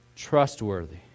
Trustworthy